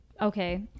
okay